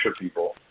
people